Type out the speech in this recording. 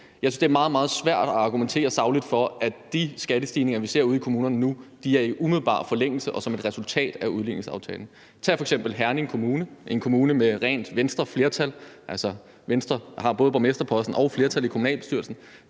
Jeg synes, at det er meget, meget svært at argumentere sagligt for, at de skattestigninger, vi ser ude i kommunerne nu, er i umiddelbar forlængelse og et resultat af udligningsaftalen. Tag f.eks. Herning Kommune. Det er en kommune med rent Venstreflertal, altså Venstre har både borgmesterposten og flertal i kommunalbestyrelsen,